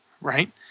right